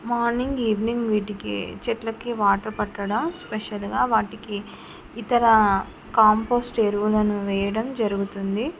morning evening వీటికి చెట్లకి water పట్టడం స్పెషల్గా వాటికి ఇతర కాంపోస్ట్ ఎరువులను వేయడం జరుగుతుంది